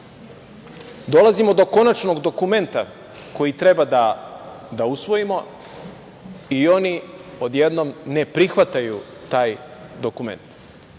dolazimo do konačnog dokumenta koji treba da usvojimo i oni odjednom ne prihvataju taj dokument,